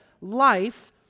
life